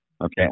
okay